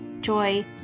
joy